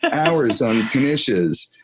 hours on knishes.